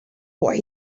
what